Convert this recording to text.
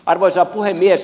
arvoisa puhemies